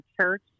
church